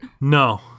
No